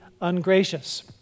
ungracious